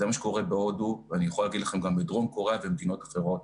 זה מה שקורה בהודו ואני יכול להגיד לכם גם בדרום קוריאה ומדינות אחרות.